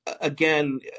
again